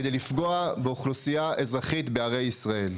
כדי לפגוע באוכלוסייה אזרחית בערי ישראל.